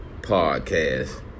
podcast